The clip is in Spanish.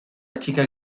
chica